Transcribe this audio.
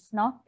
no